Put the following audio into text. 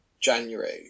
January